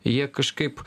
jie kažkaip